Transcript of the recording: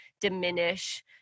diminish